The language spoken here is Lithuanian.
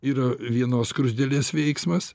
yra vienos skruzdėlės veiksmas